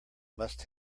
must